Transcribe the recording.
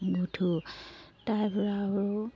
গুঠোঁ তাৰপৰা আৰু